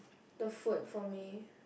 the food for me